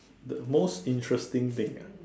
the most interesting thing ah